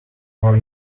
more